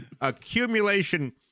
Accumulation